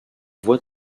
voie